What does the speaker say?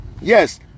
Yes